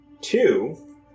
two